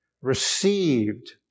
received